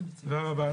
תודה רבה.